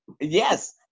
Yes